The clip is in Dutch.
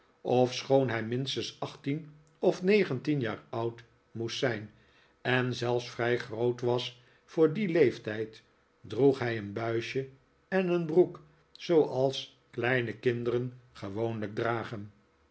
ofschoon hij minstens achttien of negentien jaar oud moest zijn en zelfs vrij groot was voor dien leeftijd droeg hij een buisje en een broek zooals kleine kinderen gewoonlijk dragen